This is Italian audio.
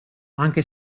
anche